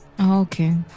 Okay